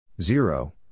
Zero